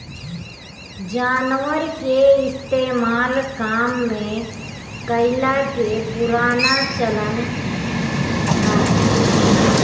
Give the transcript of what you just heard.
जानवर के इस्तेमाल काम में कइला के पुराना चलन हअ